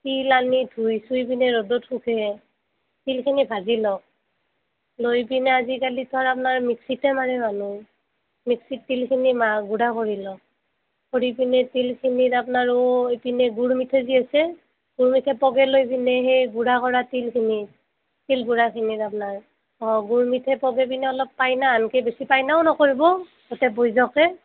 তিল আনি ধুই চুই পিনে ৰ'দত শুকে তিলখিনি ভাজি লওক লৈ পিনে আজিকালিতো আপ্নাৰ মিক্সিতে মাৰে মানুহে মিক্সিত তিলখিনি মা গুড়া কৰি লওক কৰি পিনে তিলখিনিত আপ্নাৰো এই পিনে গুড় মিঠৈ যি আছে গুড় মিঠৈ পগে লৈ পিনে সেই গুড়া কৰা তিলখিনিত তিল গুড়াখিনিত আপ্নাৰ অঁ গুৰ মিঠৈ পগে পিনেই অলপ গুৰা পাইনা আনকি বেছি পাইনাও নকৰিব গোটেই বৈ যোৱাকৈ